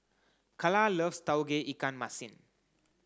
Kala loves Tauge Ikan Masin